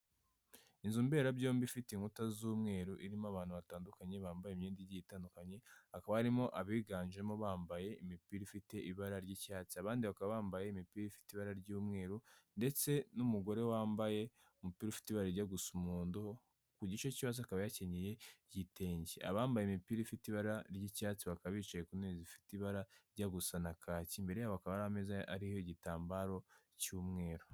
Ni inzu mberabyombi ifite inkuta z'umweru, irimo abantu batandukanye bambaye imyenda igiye itandukanye, hakaba harimo abiganjemo bambaye imipira ifite ibara ry'icyatsi, abandi bakaba bambaye imipira ifite ibara ry'umweru ndetse n'umugore wambaye umupira ufite ibara ryijya gusa umuhondo ku gice cyose akaba yakenyeye igitenge, abambaye imipira ifite ibara ry'icyatsi bakaba bicaye ku ntebe zifite ibara rijya gusa na kaki, imbere yabo hakaba hari ameza ariho igitambaro cy'umweru.